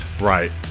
Right